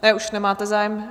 Ne, už nemáte zájem.